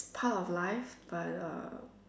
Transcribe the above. part of life but uh